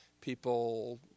people